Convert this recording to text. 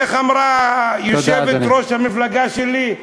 איך אמרה יושבת ראש-המפלגה שלי?